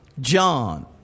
John